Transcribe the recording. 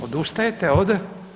Odustajete od?